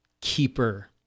keeper